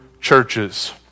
churches